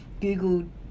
Google